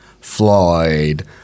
Floyd